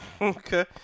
Okay